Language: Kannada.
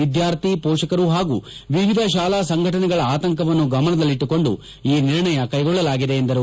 ವಿದ್ಯಾರ್ಥಿ ಪೋಷಕರು ಹಾಗೂ ವಿವಿಧ ಶಾಲಾ ಸಂಘಟನೆಗಳ ಆತಂಕವನ್ನು ಗಮನದಲ್ಲಿಟ್ಟುಕೊಂಡು ಈ ನಿರ್ಣಯ ಕೈಗೊಳ್ಳಲಾಗಿದೆ ಎಂದರು